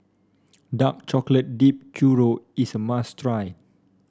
Dark Chocolate Dipped Churro is a must try